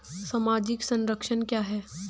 सामाजिक संरक्षण क्या है?